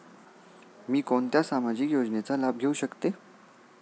मी कोणत्या सामाजिक योजनेचा लाभ घेऊ शकते?